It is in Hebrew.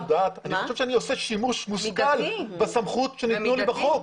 אני חושב שאני עושה שימוש מושכל בסמכויות שניתנו לי בחוק,